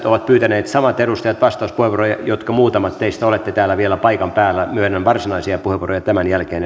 ovat pyytäneet vastauspuheenvuoroja ja jotka muutamat teistä olette täällä vielä paikan päällä myönnän varsinaisia puheenvuoroja tämän jälkeen